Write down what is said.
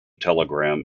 telegram